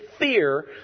fear